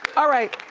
alright,